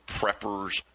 preppers